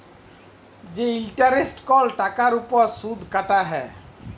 যে ইলটারেস্ট কল টাকার উপর সুদ কাটা হ্যয়